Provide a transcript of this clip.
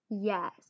yes